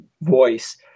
voice